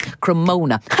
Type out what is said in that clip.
Cremona